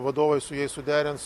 vadovai su jais suderins